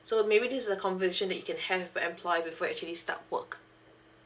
so maybe this is a conversion that you can have for employ before actually start work